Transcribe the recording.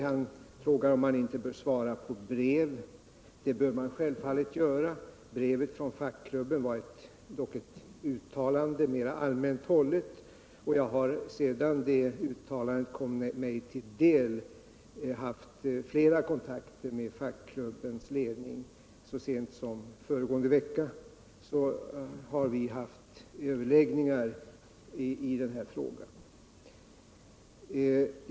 Han frågar om man inte bör svara på brev. Det bör man självfallet göra. Brevet från fackklubben var dock ett mera allmänt hållet uttalande, och jag har sedan det uttalandet kommit till min kännedom haft flera kontakter med fackklubbens ledning. Så sent som föregående vecka har vi haft överläggningar i den här frågan.